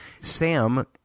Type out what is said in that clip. Sam